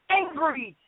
angry